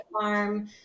farm